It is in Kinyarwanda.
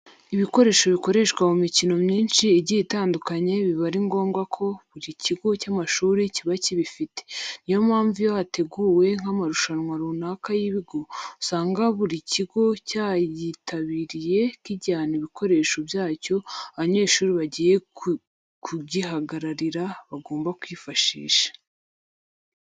Ibikoresho bikoreshwa mu mikino myinshi igiye itandukanye biba ari ngombwa ko buri kigo cy'amashuri kiba kibifite. Niyo mpamvu iyo hateguwe nk'amarushanwa runaka y'ibigo, usanga buri kigo cyayitabiriye kijyana ibikoresho byacyo abanyeshuri bagiye kugihagararira bagomba kwifashisha.